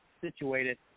situated